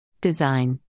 Design